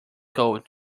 coat